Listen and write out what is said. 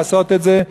לעשות את זה,